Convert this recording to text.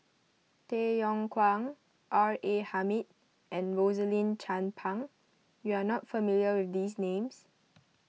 Tay Yong Kwang R A Hamid and Rosaline Chan Pang you are not familiar with these names